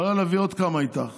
את יכולה להביא עוד כמה איתך